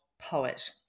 poet